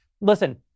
Listen